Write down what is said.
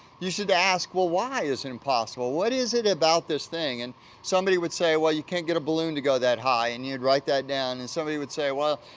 you should ask, well, why is it impossible? what is it about this thing? and somebody would say, well, you can't get a balloon to go that high, and you'd write that down. then and somebody would say, well,